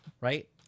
right